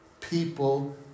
people